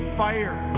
fire